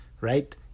right